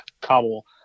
Kabul